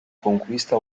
conquista